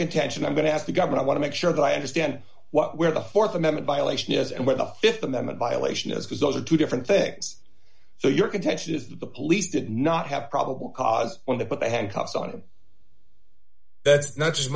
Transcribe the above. contention i'm going to ask the governor i want to make sure that i understand what we're the th amendment violation is and what the th amendment violation is because those are two different things so your contention is that the police did not have probable cause when they put the handcuffs on him that's not just